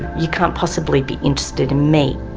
you can't possibly be interested in me.